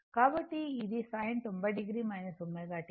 కాబట్టి ఇది sin 90 o ω t